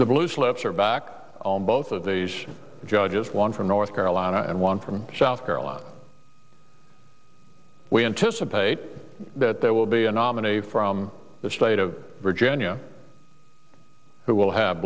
back on both of these judges one from north carolina and one from south carolina we anticipate that there will be a nominee from the state of virginia who will have